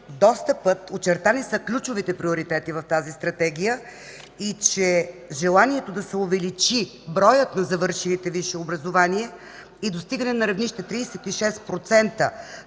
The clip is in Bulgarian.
са очертани ключовите приоритети в Стратегията и желанието да се увеличи броят на завършилите висше образование и достигане на равнище 36%